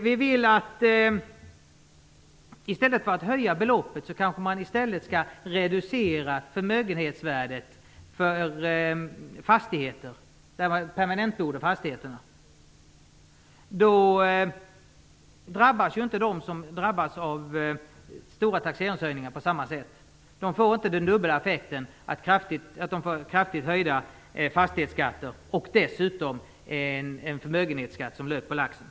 Vi vill att man i stället för att höja beloppet skall reducera förmögenhetsvärdet för permanentboendefastigheterna. Då drabbas inte de som drabbas av stora taxeringshöjningar på samma sätt. De får inte den dubbla effekten av att de får kraftigt höjd fastighetsskatt och dessutom förmögenhetsskatt som lök på laxen.